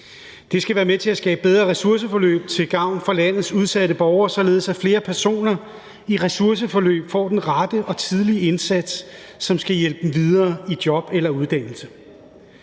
Det skal være med til at skabe bedre ressourceforløb til gavn for landets udsatte borgere, således at flere personer i ressourceforløb får den rette og tidlige indsats, som skal hjælpe dem videre i job eller uddannelse.